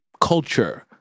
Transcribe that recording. culture